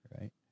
Right